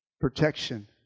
protection